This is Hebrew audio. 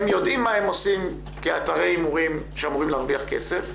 הם יודעים מה הם עושים כאתרי הימורים שאמורים להרוויח כסף.